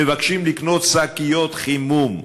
מבקשים לקנות שקיות חימום.